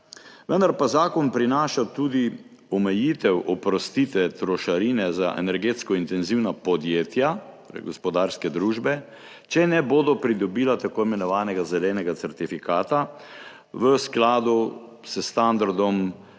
Vendar pa zakon prinaša tudi omejitev oprostitve trošarine za energetsko intenzivna podjetja, torej gospodarske družbe, če ne bodo pridobila tako imenovanega zelenega certifikata, v skladu s standardom